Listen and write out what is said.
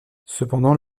cependant